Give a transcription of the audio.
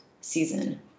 season